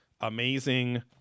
amazing